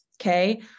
okay